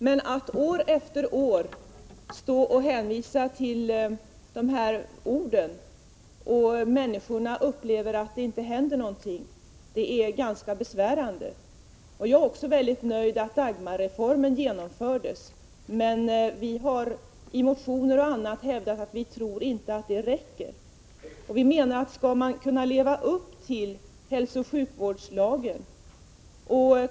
Men att år efter år hänvisa till dessa ord medan människorna upplever att det inte händer någonting är ganska besvärande. Jag är också nöjd med att Dagmarreformen genomfördes. Men vi har i bl.a. motioner hävdat att vi inte tror att det räcker.